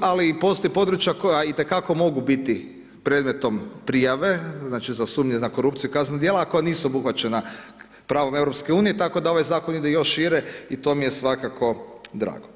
ali postoje područja koje itekako mogu biti predmetom prijave, znači za sumnju na korupciju i kazana dijela a koja nisu obuhvaćena pravom EU, tako da ovaj zakon ide još šire i to mi je svakako drago.